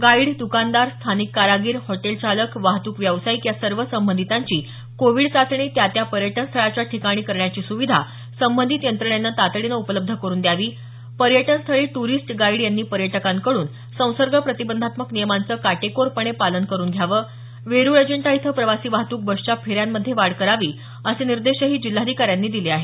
guide द्कानदार स्थानिक कारागीर हॉटेल चालक वाहत्क व्यावसायिक या सर्व संबंधितांची कोविड चाचणी त्या त्या पर्यटनस्थळाच्या ठिकाणी करण्याची सुविधा संबंधित यंत्रणेनं तातडीनं उपलब्ध करून द्यावी पर्यटनस्थळी ट्रिस्ट गाईड यांनी पर्यटकांकडून संसर्ग प्रतिबंधात्मक नियमांचं काटेकोरपणे पालन करून घ्यावं वेरूळ अजिंठा इथं प्रवासी वाहतूक बसच्या फेऱ्यांमध्ये वाढ करावी असे निर्देशही जिल्हाधिकाऱ्यांनी दिले आहेत